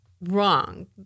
wrong